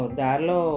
darlo